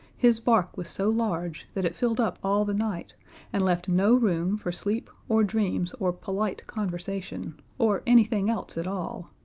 his bark was so large that it filled up all the night and left no room for sleep or dreams or polite conversation, or anything else at all.